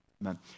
Amen